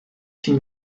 s’il